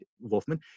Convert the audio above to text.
Wolfman